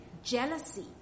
jealousy